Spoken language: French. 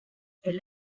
elle